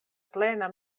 plena